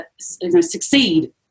succeed